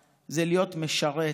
זה לא לחפש כוח ושררה,